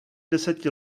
deseti